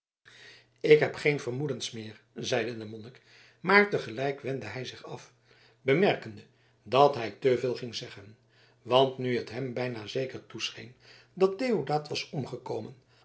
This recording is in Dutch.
ik heb geen vermoedens meer zeide de monnik maar te gelijk wendde hij zich af bemerkende dat hij te veel ging zeggen want nu het hem bijna zeker toescheen dat deodaat was omgekomen